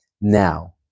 now